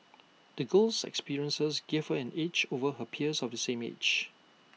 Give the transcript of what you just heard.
the girl's experiences gave her an edge over her peers of same age